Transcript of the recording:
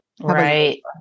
Right